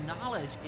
knowledge